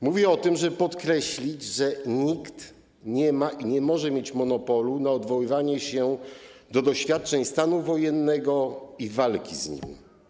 Mówię o tym, żeby podkreślić, że nikt nie ma i nie może mieć monopolu na odwoływanie się do doświadczeń stanu wojennego i walki z nim.